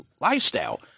lifestyle